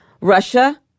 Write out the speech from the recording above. Russia